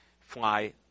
fly